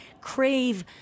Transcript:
crave